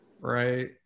right